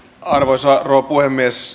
arvoisa puhemies